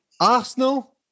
Arsenal